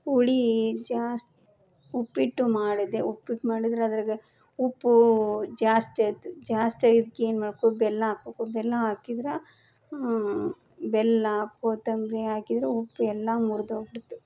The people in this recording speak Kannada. ಹುಳಿ ಜಾಸ್ ಉಪ್ಪಿಟ್ಟು ಮಾಡಿದೆ ಉಪ್ಪಿಟ್ಟು ಮಾಡಿದರೆ ಅದ್ರಾಗ ಉಪ್ಪು ಜಾಸ್ತಿ ಆಯಿತು ಜಾಸ್ತಿ ಆಗಿದ್ಕೆ ಏನು ಮಾಡಬೇಕು ಬೆಲ್ಲ ಹಾಕ್ಬೇಕು ಬೆಲ್ಲ ಹಾಕಿದ್ರ ಬೆಲ್ಲ ಕೊತ್ತಂಬ್ರಿ ಹಾಕಿದ್ರೆ ಉಪ್ಪು ಎಲ್ಲ ಮುರಿದೋಗ್ಬಿಡ್ತು